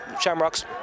shamrocks